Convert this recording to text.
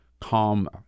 calm